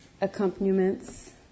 accompaniments